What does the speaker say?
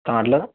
कारलं